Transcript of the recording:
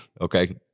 Okay